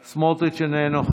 סמוטריץ' איננו.